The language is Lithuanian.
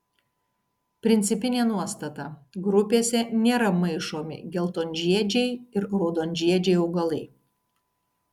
principinė nuostata grupėse nėra maišomi geltonžiedžiai ir raudonžiedžiai augalai